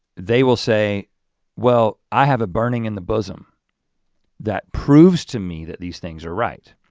they will say well, i have a burning in the bosom that proves to me that these things are right.